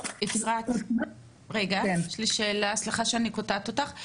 אפרת, רגע יש לי שאלה, סליחה שאני קוטעת אותך.